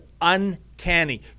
uncanny